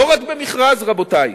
לא רק במכרז, רבותי,